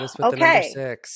Okay